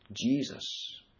Jesus